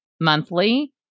monthly